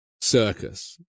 circus